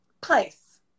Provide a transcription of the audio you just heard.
place